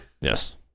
Yes